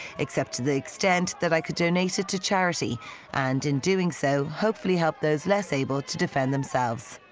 except to the extent that i could donate it to charity and, in doing so, hopefully help those less able to defend themselves.